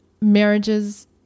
marriages